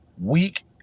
weak